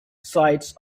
sites